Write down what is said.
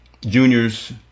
juniors